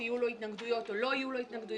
שיהיו לו התנגדויות או לא יהיו לו התנגדויות.